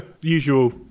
Usual